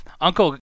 uncle